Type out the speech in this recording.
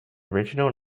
original